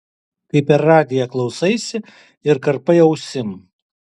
kai per radiją klausaisi ir karpai ausim